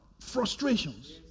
frustrations